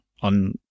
on